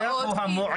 השליח הוא המוען.